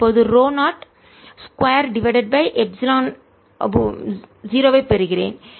நான் இப்போது ρ0 2 divided by epsilon பூஜ்ஜியத்தை பெறுகிறேன்